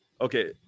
okay